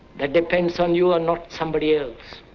that depends on you and not somebody else.